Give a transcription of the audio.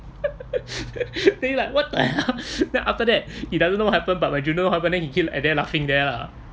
then he like what the hell after that he doesn't know what happened but my junior know at there laughing there ah